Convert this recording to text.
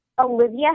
Olivia